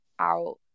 out